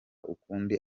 ukundi